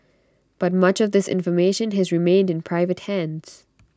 but much of this information has remained in private hands